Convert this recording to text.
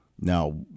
Now